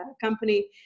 company